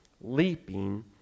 leaping